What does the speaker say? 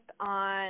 on